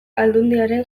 aldundiaren